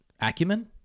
acumen